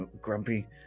grumpy